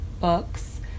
books